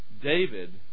David